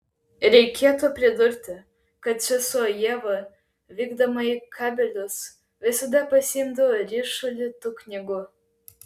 reikėtų pridurti kad sesuo ieva vykdama į kabelius visada pasiimdavo ryšulį tų knygų